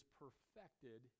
perfected